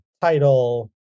title